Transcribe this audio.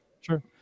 Sure